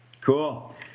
cool